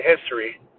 history